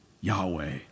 Yahweh